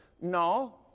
No